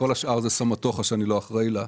כל השאר זה סמטוכה שאני לא אחראי לה.